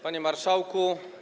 Panie Marszałku!